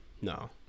no